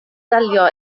delio